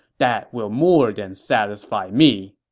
that will more than satisfy me!